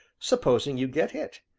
supposing you get hit?